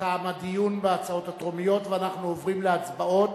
תם הדיון בהצעות הטרומיות ואנחנו עוברים להצבעות.